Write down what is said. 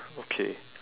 okay